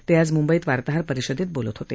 ते आज मुंबईत वार्ताहर परिषदेत बोलत होते